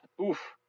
oof